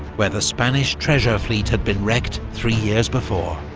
where the spanish treasure fleet had been wrecked three years before.